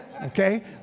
okay